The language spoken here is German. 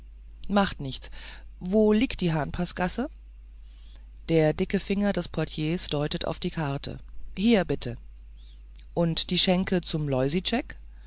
macht nichts wo liegt die hahnpaßgasse der dicke finger des portiers deutet auf die karte hier bitte und die schenke zum